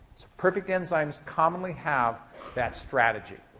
perfect enzymes commonly have that strategy.